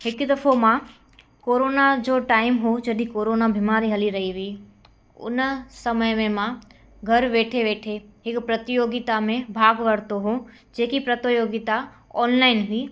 हिकु दफ़ो मां कोरोना जो टाइम हो जॾहिं कोरोना बीमारी हली रही हुई उन समय में मां घरु वेठे वेठे हिकु प्रतियोगिता में भाॻु वरितो हो जेकी प्रतियोगिता ऑनलाइन हुई